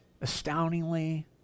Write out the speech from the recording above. astoundingly